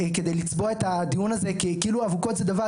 כדי לצבוע את הדיון הזה כאילו אבוקות זה הדבר.